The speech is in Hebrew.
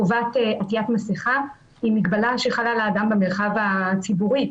חובת עטיית מסכה היא מגבלה שחלה על האדם במרחב הציבורי.